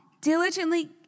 diligently